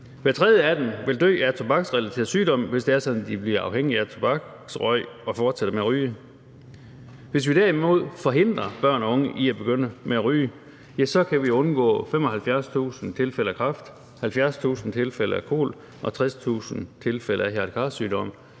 Hver tredje af dem vil dø af tobaksrelaterede sygdomme, hvis det er sådan, at de bliver afhængige af tobaksrøg og fortsætter med at ryge. Hvis vi derimod forhindrer børn og unge i at begynde med at ryge, ja, så kan vi undgå 75.000 tilfælde af kræft, 70.000 tilfælde af kol og 60.000 tilfælde af hjerte-kar-sygdomme